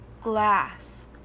glass